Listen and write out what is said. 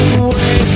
away